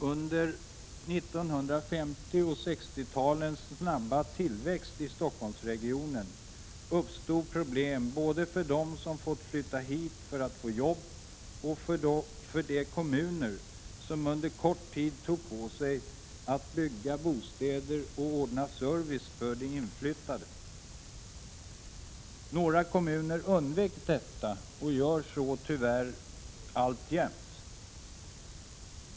Under 1950 och 1960-talens snabba tillväxt i Stockholmsregionen uppstod problem både för dem som fått flytta hit för att få jobb och för de kommuner som under kort tid tog på sig att bygga bostäder och ordna service för de inflyttade. Några kommuner undvek detta och gör så tyvärr alltjämt.